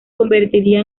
convertiría